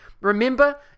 Remember